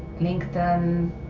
LinkedIn